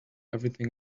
everything